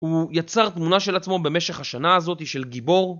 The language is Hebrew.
הוא יצר תמונה של עצמו במשך השנה הזאתי של גיבור